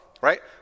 right